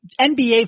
NBA